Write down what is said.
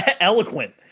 eloquent